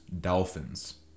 Dolphins